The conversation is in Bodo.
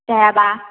जायाब्ला